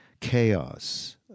chaos